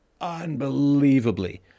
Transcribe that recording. unbelievably